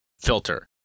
Filter